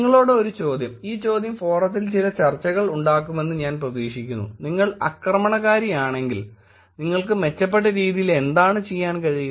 നിങ്ങളോട് ഒരു ചോദ്യം ഈ ചോദ്യം ഫോറത്തിൽ ചില ചർച്ചകൾ ഉണ്ടാക്കുമെന്ന് ഞാൻ പ്രതീക്ഷിക്കുന്നു നിങ്ങൾ ആക്രമണകാരിയാണെങ്കിൽ നിങ്ങൾക്ക് മെച്ചപ്പെട്ട രീതിയിൽ എന്താണ് ചെയ്യാൻ കഴിയുക